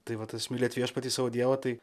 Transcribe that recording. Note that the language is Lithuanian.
tai va tas mylėt viešpatį savo dievą tai